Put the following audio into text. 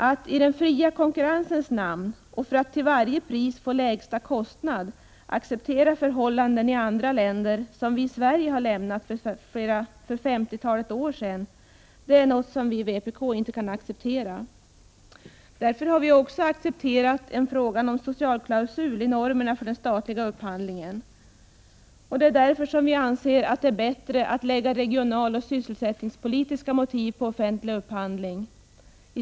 Att i den fria konkurrensens namn och för att till varje pris få lägsta kostnad acceptera förhållanden i andra länder som vi i Sverige har lämnat för femtiotalet år sedan är något som vi i vpk inte kan gå med på. Därför har vi godtagit en socialklausul i normerna för den statliga upphandlingen. Vi anser att det bör ligga regionaloch sysselsättningspolitiska motiv bakom offentlig upphandling.